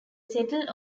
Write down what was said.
settled